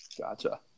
Gotcha